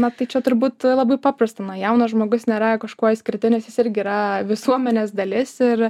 na tai čia turbūt labai paprasta na jaunas žmogus nėra kažkuo išskirtinis jis irgi yra visuomenės dalis ir